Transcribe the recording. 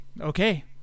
Okay